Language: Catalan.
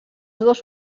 dos